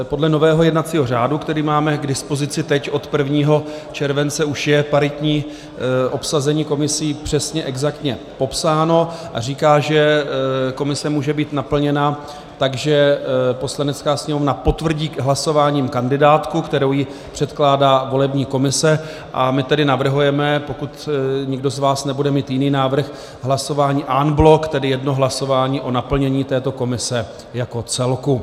Podle nového jednacího řádu, který máme k dispozici teď od 1. července, už je paritní obsazení komisí přesně, exaktně popsáno a říká, že komise může být naplněna tak, že Poslanecká sněmovna potvrdí hlasováním kandidátku, kterou jí předkládá volební komise, a my tedy navrhujeme, pokud nikdo z vás nebude mít jiný návrh, hlasování en bloc, tedy jedno hlasování o naplnění této komise jako celku.